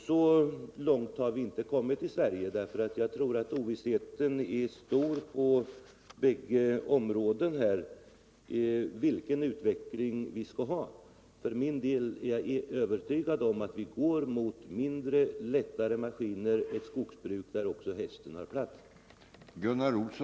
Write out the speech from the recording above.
Så långt har vi inte kommit i Sverige, därför att jag tror att ovissheten är stor om vilken utveckling vi skall ha. För min del är jag övertygad om att vi går mot mindre, lättare maskiner och ett skogsbruk där också hästen har en plats.